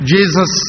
Jesus